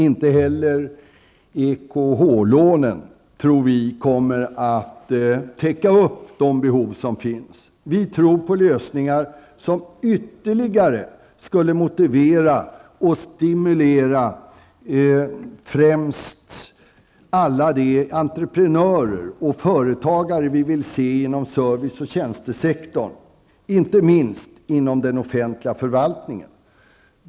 Inte heller EKH-lånen tror vi kommer att täcka de behov som finns. Vi tror på lösningar som skulle ytterligare motivera och stimulera främst alla de entreprenörer och företagare som vi vill se inom service och tjänstesektorn, inte minst inom den offentliga förvaltningen.